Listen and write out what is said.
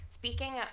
Speaking